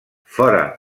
fora